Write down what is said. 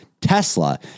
Tesla